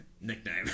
nickname